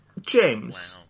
James